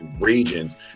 regions